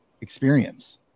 experience